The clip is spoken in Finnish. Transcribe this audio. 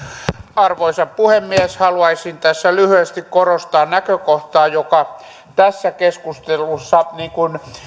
arvoisa puhemies haluaisin tässä lyhyesti korostaa näkökohtaa joka tässä keskustelussa niin kuin